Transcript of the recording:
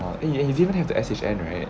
orh and you and you didn't have the S_H_N right